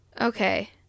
Okay